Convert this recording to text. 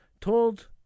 told